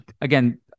again